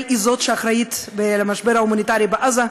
היא שאחראית למשבר ההומניטרי בעזה,